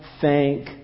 thank